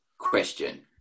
question